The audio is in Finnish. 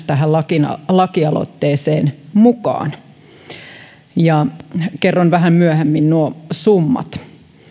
tähän lakialoitteeseen mukaan kerron vähän myöhemmin nuo summat